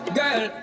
girl